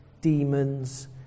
demons